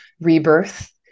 rebirth